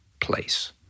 place